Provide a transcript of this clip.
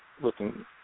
looking